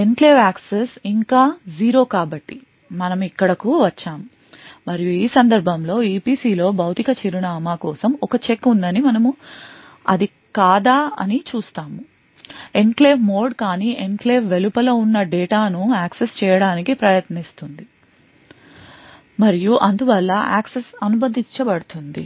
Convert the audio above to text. enclave access ఇంకా 0 కాబట్టి మనము ఇక్కడకు వచ్చాము మరియు ఈ సందర్భంలో EPC లో భౌతిక చిరునామా కోసం ఒక చెక్ ఉందని మనము అది కాదు అని చూస్తాము ఎన్క్లేవ్ మోడ్ కానీ ఎన్క్లేవ్ వెలుపల ఉన్న డేటా ను యాక్సెస్ చేయడానికి ప్రయత్నిస్తుంది మరియు అందువల్ల యాక్సెస్ అనుమతించబడుతుంది